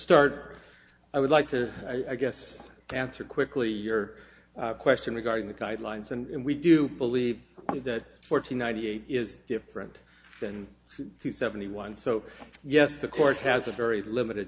start i would like to i guess answer quickly your question regarding the guidelines and we do believe that fourteen ninety eight is different than to seventy one so yes the court has a very limited